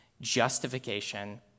Justification